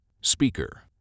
Speaker